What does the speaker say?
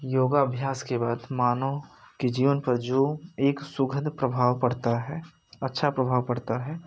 योगाभ्यास के बाद मानव के जीवन पर जो एक सुखद प्रभाव पड़ता है अच्छा प्रभाव पड़ता है